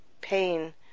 pain